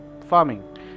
farming